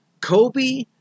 kobe